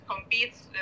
competes